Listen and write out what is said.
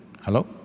Hello